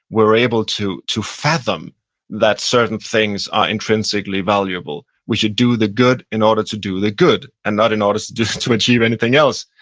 we're able to to fathom that certain things are intrinsically valuable. we should do the good in order to do the good, and not in order so to achieve anything else.